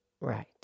Right